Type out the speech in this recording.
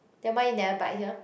then why you never bike here